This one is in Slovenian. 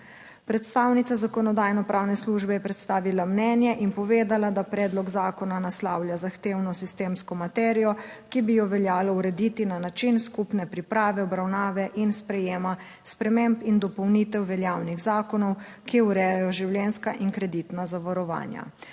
Predstavnica Zakonodajno-pravne službe je predstavila mnenje in povedala, da predlog zakona naslavlja zahtevno sistemsko materijo, ki bi jo veljalo urediti na način skupne priprave, obravnave in sprejema sprememb in dopolnitev veljavnih zakonov, ki urejajo življenjska in kreditna zavarovanja.